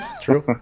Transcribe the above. True